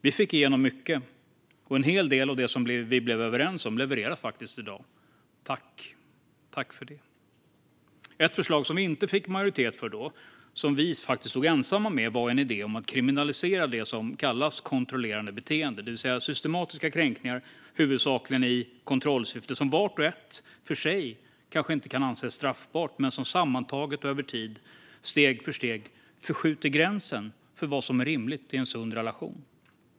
Vi fick igenom mycket, och en hel del av det som vi blev överens om levereras faktiskt i dag. Tack för det! Ett förslag som vi inte fick majoritet för då och som vi faktiskt stod ensamma med var en idé om att kriminalisera det som kallas kontrollerande beteende, det vill säga systematiska kränkningar, huvudsakligen i kontrollsyfte, som var och en för sig kanske inte kan anses straffbara men som sammantaget och över tid, steg för steg, förskjuter gränsen för vad som är rimligt i en sund relation.